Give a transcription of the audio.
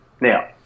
Now